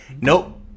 Nope